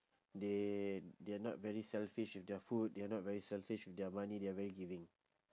they they're not very selfish with their food they're not very selfish with their money they're very giving